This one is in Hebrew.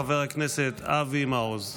חבר הכנסת אבי מעוז.